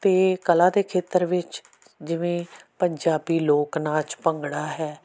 ਅਤੇ ਕਲਾ ਦੇ ਖੇਤਰ ਵਿੱਚ ਜਿਵੇਂ ਪੰਜਾਬੀ ਲੋਕ ਨਾਚ ਭੰਗੜਾ ਹੈ